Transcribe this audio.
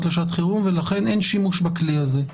לשעת חירום ולכן אין שימוש בכלי הזה.